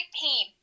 pain